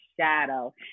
shadow